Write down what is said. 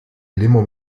limo